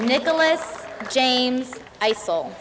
nicholas james i sold